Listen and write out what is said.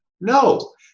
No